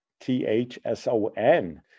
T-H-S-O-N